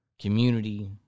community